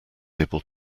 able